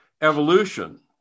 evolution